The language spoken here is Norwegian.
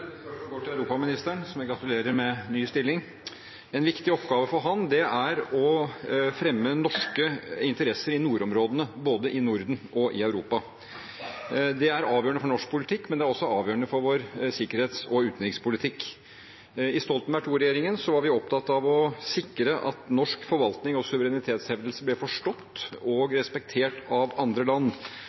Mitt spørsmål går til europaministeren, som jeg gratulerer med ny stilling. En viktig oppgave for ham er å fremme norske interesser i nordområdene, både i Norden og i Europa. Det er avgjørende for norsk politikk, men det er også avgjørende for vår sikkerhets- og utenrikspolitikk. I Stoltenberg II-regjeringen var vi opptatt av å sikre at norsk forvaltning og suverenitetshevdelse ble forstått og respektert av andre land.